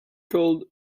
called